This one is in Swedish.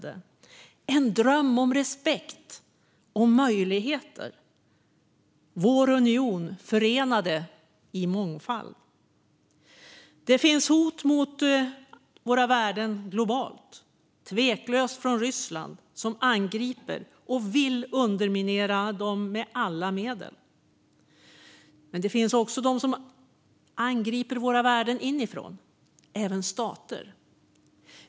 Det är en dröm om respekt och möjligheter - vår union förenad i mångfald. Det finns hot mot våra värden globalt - tveklöst från Ryssland som angriper och vill underminera dem med alla medel. Men det finns också de som angriper våra värden inifrån, även stater.